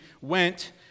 went